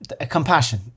Compassion